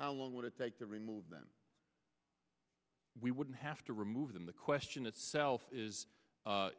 how long would it take to remove them we wouldn't have to remove them the question itself is